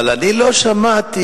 אבל אני לא שמעתי,